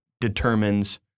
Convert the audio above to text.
determines